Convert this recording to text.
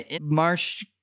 Marsh